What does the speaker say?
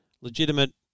legitimate